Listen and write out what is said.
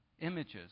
images